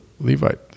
Levite